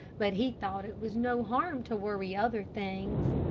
but he thought it was no harm to worry other things.